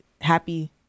happy